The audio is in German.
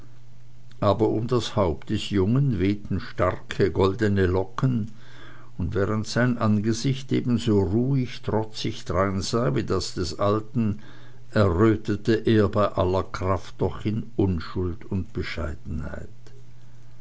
aber um das haupt des jungen wehten starke goldne locken und während sein angesicht ebenso ruhig trotzig dreinsah wie das des alten errötete er bei aller kraft doch in unschuld und bescheidenheit